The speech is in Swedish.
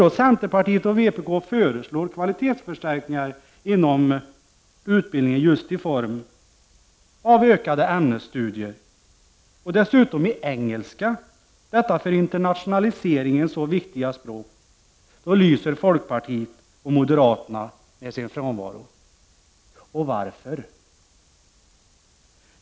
När centerpartiet och vpk föreslår kvalitetsförbättringar inom utbildningen just i form av ökade ämnesstudier, och dessutom i engelska — detta för internationaliseringen så viktiga språk — då lyser folkpartiet och moderaterna med sin frånvaro. Och varför?